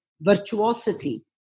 virtuosity